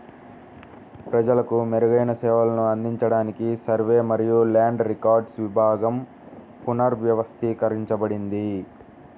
ప్రజలకు మెరుగైన సేవలను అందించడానికి సర్వే మరియు ల్యాండ్ రికార్డ్స్ విభాగం పునర్వ్యవస్థీకరించబడింది